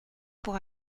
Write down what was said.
pour